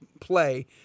play